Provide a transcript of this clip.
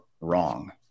wrong